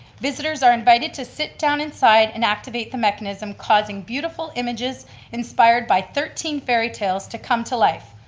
visitors are invited to sit down inside and activate the mechanism, causing beautiful images inspired by thirteen fairy tales to come to life.